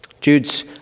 Jude's